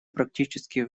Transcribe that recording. практически